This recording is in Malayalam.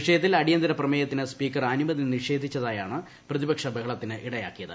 വിഷയത്തിൽ അടിയന്തര പ്രമേയത്തിന് സ്പീക്കർ അനുമതി നിഷേധിച്ചതാണ് പ്രതിപക്ഷ ബഹളത്തിനിടയാക്കിയത്